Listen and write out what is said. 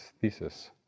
thesis